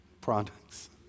products